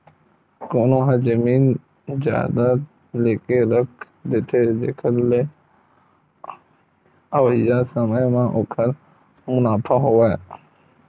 कोनो ह जमीन जघा लेके रख देथे, जेखर ले अवइया समे म ओखर मुनाफा होवय